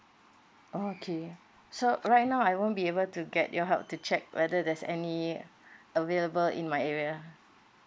okay so right now I won't be able to get your help to check whether there's anyavailable in my area